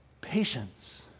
patience